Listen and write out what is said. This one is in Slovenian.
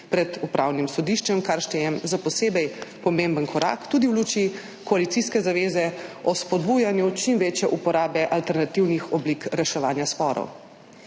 pred upravnim sodiščem, kar štejem za posebej pomemben korak tudi v luči koalicijske zaveze o spodbujanju čim večje uporabe alternativnih oblik reševanja sporov.